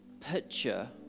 picture